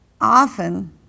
Often